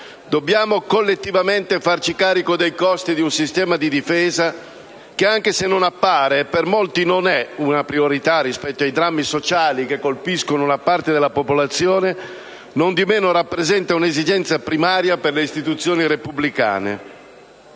dobbiamo collettivamente farci carico dei costi di un sistema di difesa che, anche se non appare, e per molti non è, una priorità rispetto ai drammi sociali che colpiscono una parte della popolazione, non di meno rappresenta un'esigenza primaria per le istituzioni repubblicane.